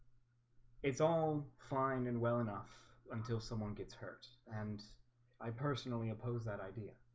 it's all fine and well enough until someone gets hurt, and i personally oppose that idea